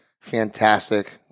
fantastic